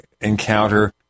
encounter